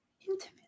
Intimate